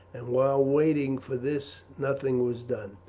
and while waiting for this nothing was done.